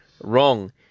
wrong